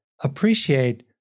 appreciate